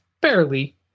barely